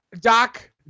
Doc